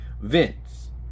Vince